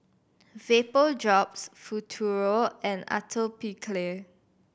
Vapodrops Futuro and Atopiclair